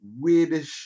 weirdish